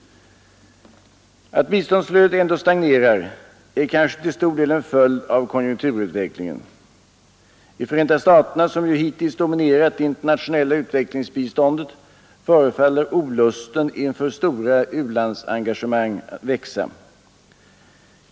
Att biståndsflödet ändå stagnerar är kanske till stor del en följd av konjunkturutvecklingen. I Förenta staterna, som ju hittills dominerat det internationella utvecklingsbiståndet, förefaller olusten inför stora u-landsengagemang att växa.